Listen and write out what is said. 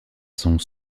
sont